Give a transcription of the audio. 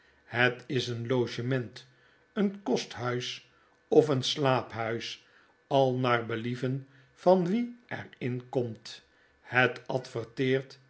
het is eeii logement een kosthuis of een slaaphuis al naar believen van wie er in komt het adverteert